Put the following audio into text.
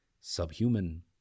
subhuman